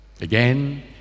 Again